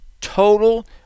total